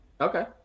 Okay